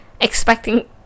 expecting